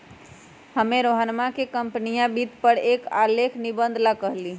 हम्मे रोहनवा के कंपनीया वित्त पर एक आलेख निबंध ला कहली